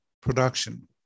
production